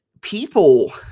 people